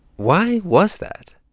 why was that?